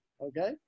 okay